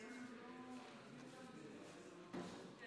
תובא לוועדה